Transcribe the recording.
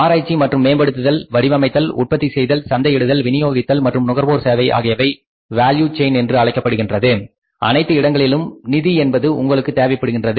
ஆராய்ச்சி மற்றும் மேம்படுத்துதல் வடிவமைத்தல் உற்பத்தி செய்தல் சந்தையிடுதல் விநியோகித்தல் மற்றும் நுகர்வோர் சேவை ஆகியவை வேல்யூ செயின் என்று அழைக்கப்படுகின்றது அனைத்து இடங்களிலும் நிதி என்பது உங்களுக்கு தேவைப்படுகின்றது